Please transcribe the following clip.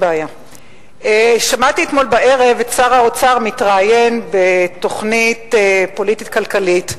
שמעתי אתמול בערב את שר האוצר מתראיין בתוכנית פוליטית כלכלית,